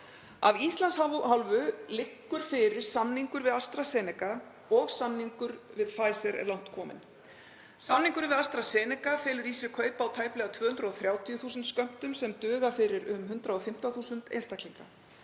Af Íslands hálfu liggur fyrir samningur við AstraZeneca og samningur við Pfizer er langt kominn. Samningurinn við AstraZeneca felur í sér kaup á tæplega 230.000 skömmtum sem duga fyrir um 115.000 einstaklinga.